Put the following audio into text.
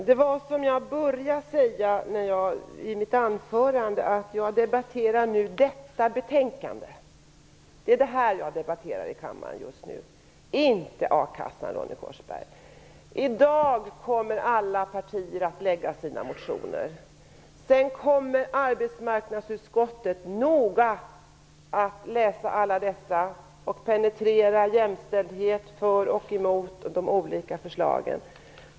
Fru talman! Som jag började med att säga i mitt anförande så debatterar jag just nu betänkandet, inte a-kassan, Ronny Korsberg! I dag kommer alla partier att lägga fram sina motioner. Sedan kommer arbetsmarknadsutskottet att noga läsa alla motioner och penetrera detta med jämställdheten - för och emot de olika förslagen.